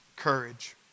Courage